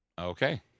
okay